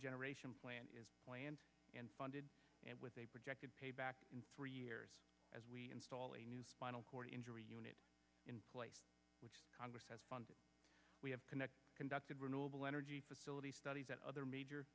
cogeneration plant is planned and funded and with a projected payback in three years as we install a new spinal cord injury unit in place which congress has funded we have connect conducted renewable energy facilities studies that other major